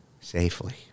safely